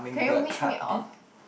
can you wish me off